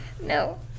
No